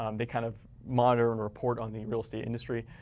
um they kind of monitor and report on the real estate industry.